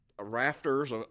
rafters